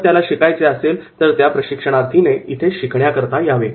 जर त्याला शिकायचे असेल तर त्या प्रशिक्षणार्थीने इथे शिकण्याकरता यावे